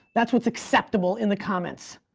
that's what's acceptable in the comments.